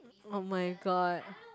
oh-my-god